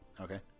okay